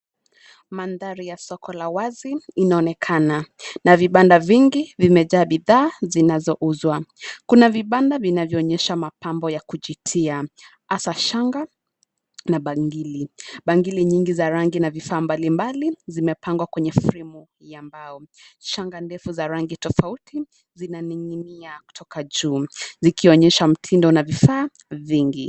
Mandhari ya soko la wazi inaonekana na vibanda vingi vimejaaa bidhaa zinazouzwa. Kuna vibanda vinavyoonyesha mapambo ya kujitia hasa shanga na bangili. Bangili nyingi za rangi na vifaa mbalimbali zimepangwa kwenye fremu ya mbao. Shanga refu za rangi tofauti zinang'inia kutoka juu zikionyesha mtindo na vifaa vingi.